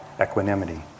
equanimity